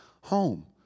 home